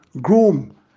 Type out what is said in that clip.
groom